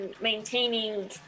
maintaining